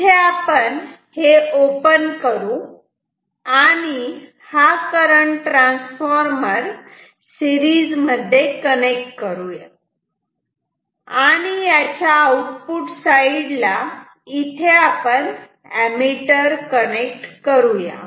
तेव्हा आपण हे ओपन करू आणि हा करंट ट्रान्सफॉर्मर सीरिज मध्ये कनेक्ट करू आणि याच्या आउटपुट साईड ला इथे आपण ऍमिटर कनेक्ट करू